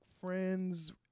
friends